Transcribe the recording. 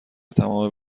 تمام